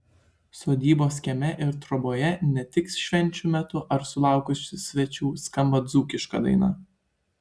sodybos kieme ir troboje ne tik švenčių metu ar sulaukus svečių skamba dzūkiška daina